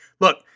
look